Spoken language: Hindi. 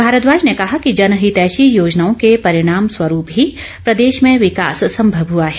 भारद्वाज ने कहा कि जनहितैषी योजनाओं के परिणामस्वरूप ही प्रदेश में विकास सम्भव हुआ है